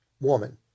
woman